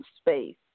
space